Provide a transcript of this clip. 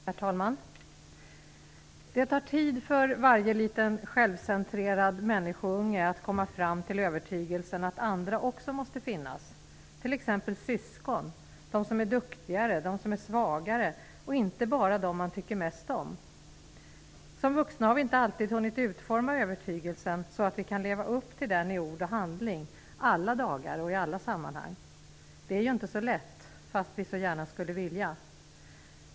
Herr talman! Det tar tid för varje liten självcentrerad människounge att komma fram till övertygelsen att andra också måste finnas; t.ex. syskon, de som är duktigare och de som är svagare. Alltså inte bara dem som man tycker bäst om. Som vuxna har vi inte alltid hunnit utforma denna övertygelse, så att vi kan leva upp till den i ord och handling alla dagar och i alla sammanhang. Det är ju inte så lätt, fast vi så gärna skulle vilja.